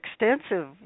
extensive